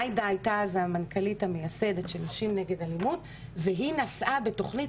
עאידה הייתה אז המנכ"לית המייסדת של נשים נגד אלימות והיא נסעה בתוכנית